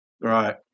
Right